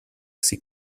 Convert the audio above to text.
sie